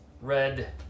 red